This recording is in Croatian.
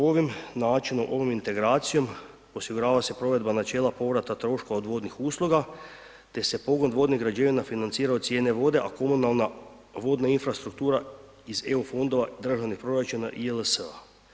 Ovim načinom ovom integracijom osigurava se provedba načela povrata troškova od vodnih usluga te se pogon vodne građevine financira od cijene vode, a komunalna vodna infrastruktura iz EU fondova, državnih proračuna i JLS-a.